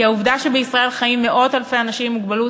כי העובדה שבישראל חיים מאות אלפי אנשים עם מוגבלות